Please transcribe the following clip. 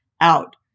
out